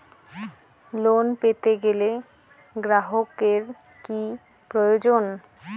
Loan পেতে গেলে গ্রাহকের কি প্রয়োজন?